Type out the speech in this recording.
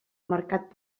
mercat